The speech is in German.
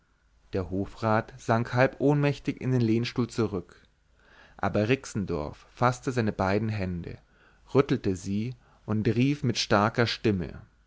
der hofrat sank halb ohnmächtig in den lehnstuhl zurück aber rixendorf faßte seine beiden hände rüttelte sie und rief mit starker stimme